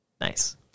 Nice